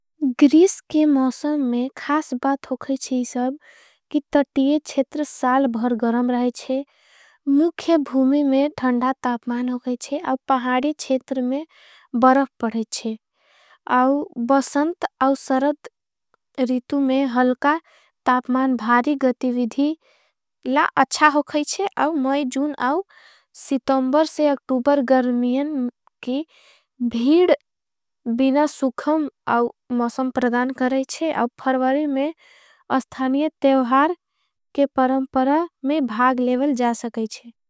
ग्रीस के मौसम में खास बात होगा है इसाब कि तटीये छेतर। साल भर गरम रहें छे मुखे भूमी में ठंड़ा तापमान होगा है छे। अब पहाडी छेतर में बरफ पड़ें छे आउ बसंत आउ सरत रितु। में हलका तापमान भारी गतिविधी ला अच्छा होगा है छे आउ। मैं जुन आउ सितोंबर से अक्टूबर गरमियन की भीड बिना। सुखम आउ मौसम प्रगान करा है छे आउ फर्वरी में। अस्थानिय तेवहार के परंपरा में भाग लेवल जा सके छे।